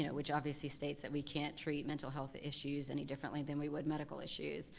you know which obviously states that we can't treat mental health issues any differently than we would medical issues.